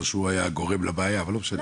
שזה המשרד שהיה הגורם לבעיה, אבל לא משנה.